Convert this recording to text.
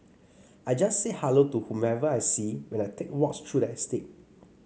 I just say hello to whoever I see when I take walks through the estate